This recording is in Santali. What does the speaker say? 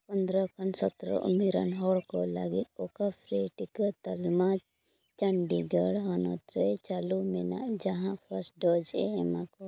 ᱯᱚᱸᱫᱽᱨᱚ ᱠᱷᱚᱱ ᱥᱚᱛᱨᱚ ᱩᱢᱮᱨᱟᱱ ᱦᱚᱲ ᱠᱚ ᱞᱟᱹᱜᱤᱫ ᱚᱠᱟ ᱯᱷᱨᱤ ᱴᱤᱠᱟᱹ ᱛᱟᱞᱢᱟ ᱪᱚᱱᱰᱤᱜᱚᱲ ᱦᱚᱱᱚᱛ ᱨᱮ ᱪᱟᱹᱰᱞᱩ ᱢᱮᱱᱟᱜ ᱡᱟᱦᱟᱸ ᱯᱷᱟᱥᱴ ᱰᱳᱡᱮ ᱮᱢᱟ ᱠᱚᱣᱟ